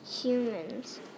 humans